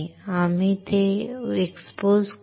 आम्ही ते उघड करू